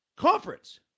conference